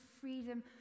freedom